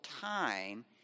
time